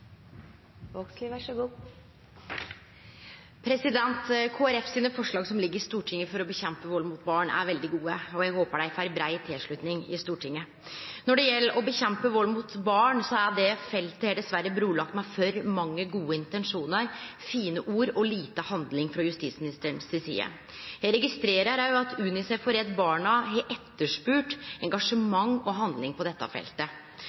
Stortinget for å kjempe mot vald mot barn er veldig gode, og eg håpar dei får brei tilslutning i Stortinget. Når det gjeld å kjempe mot vald mot barn, er det feltet dessverre brulagt med for mange gode intensjonar, fine ord og lite handling frå justisministeren si side. Eg registrerer òg at UNICEF og Redd Barna har etterspurt engasjement og handling på dette feltet.